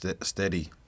steady